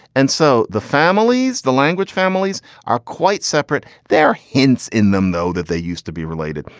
and so the families, the language families are quite separate. there are hints in them, though, that they used to be related.